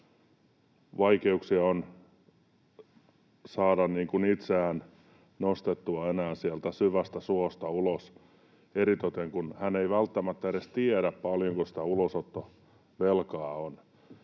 vaikeuksia saada itseään nostettua enää sieltä syvästä suosta ulos, eritoten kun hän ei välttämättä edes tiedä, paljonko sitä ulosottovelkaa on.